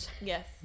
Yes